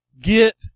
get